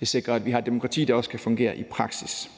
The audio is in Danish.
Det sikrer, at vi har et demokrati, der også kan fungere i praksis.